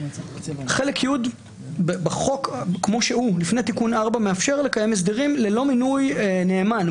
חלק י' בחוק כמו שהוא לפני תיקון 4 מאפשר לקיים הסדרים ללא מינוי נאמן,